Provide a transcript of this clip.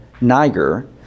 Niger